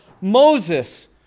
Moses